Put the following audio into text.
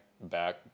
back